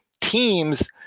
teams